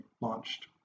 launched